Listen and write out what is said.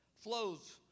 flows